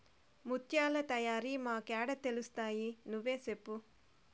ముత్యాల తయారీ మాకేడ తెలుస్తయి నువ్వే సెప్పు